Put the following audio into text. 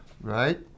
right